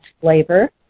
flavor